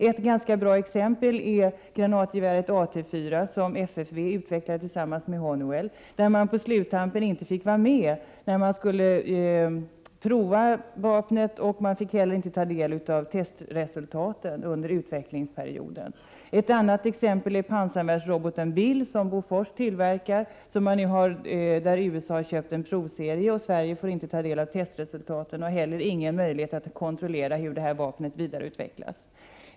Ett ganska bra exempel är granatgeväret AT 4, som FFV utvecklat tillsammans med Honeywell. På sluttampen fick man inte vara med, när vapnet skulle provas. Man fick inte heller ta del av testresultaten under utvecklingsperioden. Ett annat exempel är pansarvärnsroboten Bill, som Bofors tillverkar. USA har köpt en provserie, och Sverige får inte ta del av testresultaten och har heller ingen möjlighet att kontrollera hur detta vapen vidareutvecklas.